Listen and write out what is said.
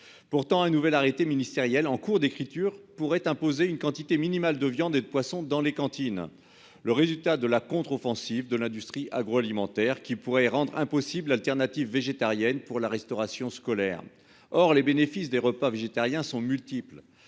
Pourtant un nouvel arrêté ministériel en cours d'écriture pourrait imposer une quantité minimale de viande et de poisson dans les cantines. Le résultat de la contre-offensive de l'industrie agroalimentaire qui pourrait rendre impossible l'alternative végétarienne pour la restauration scolaire. Or les bénéfices des repas végétariens sont multiples,